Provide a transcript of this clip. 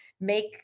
make